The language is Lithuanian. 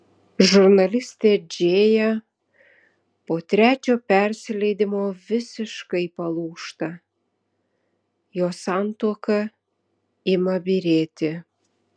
žurnalistė džėja po trečio persileidimo visiškai palūžta jos santuoka ima byrėti